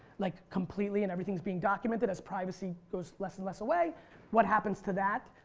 like completely and everything's being documented as privacy goes less and less away what happens to that.